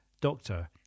doctor